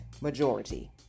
majority